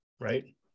Right